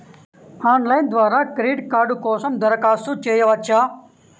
Online ద్వారా credit card కోసం దరఖాస్తు చేయవచ్చా?